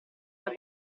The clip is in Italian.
alla